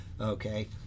okay